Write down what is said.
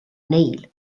neil